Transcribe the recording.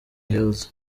hills